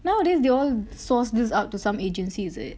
nowadays they all source this out to some agency is it